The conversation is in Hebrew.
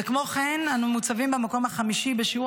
וכמו כן אנו ניצבים במקום החמישי בשיעור